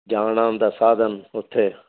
ਜਾਣਾ ਆਉਣ ਦਾ ਸਾਧਨ ਉੱਥੇ